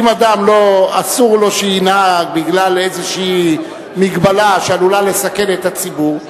אם אדם אסור לו שינהג בגלל איזו מגבלה שעלולה לסכן את הציבור,